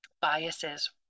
biases